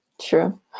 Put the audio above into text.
True